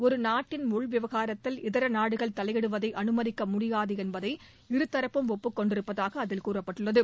ஒருநாட்டின் உள் விவகாரத்தில் இதர நாடுகள் தலையிடுவதை அனுமதிக்க முடியாது என்பதை இருதரப்பும் ஒப்புக்கொண்டிருப்பதாக அதில் கூறப்பட்டுள்ளது